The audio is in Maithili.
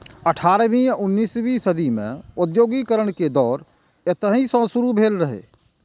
अठारहवीं उन्नसवीं सदी मे औद्योगिकीकरण के दौर एतहि सं शुरू भेल रहै